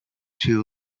too